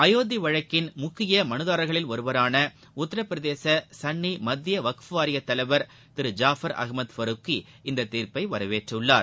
அயோத்தி வழக்கின் முக்கிய மனுதாரர்களில் ஒருவரான உத்தரபிரதேச சன்னி மத்தி வக்ஃப் வாரியத் தலைவர் திரு ஜாஃபர் அஹமத் ஃபருக்கி இந்த தீர்ப்பை வரவேற்றுள்ளார்